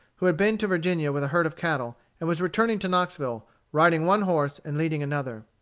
who had been to virginia with a herd of cattle, and was returning to knoxville riding one horse and leading another.